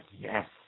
yes